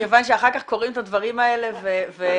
מכיוון שאחר כך קוראים את הדברים האלה ובפרוטוקול